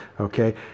okay